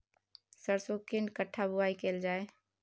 सरसो केना कट्ठा बुआई कैल जाय?